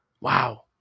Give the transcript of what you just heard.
Wow